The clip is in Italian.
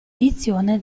edizione